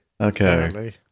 Okay